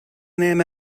name